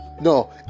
No